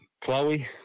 Chloe